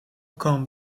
come